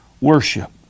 worship